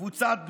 קבוצת ברום,